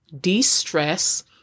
de-stress